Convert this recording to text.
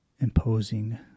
imposing